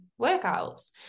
workouts